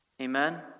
Amen